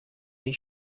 این